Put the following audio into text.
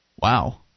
Wow